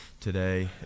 today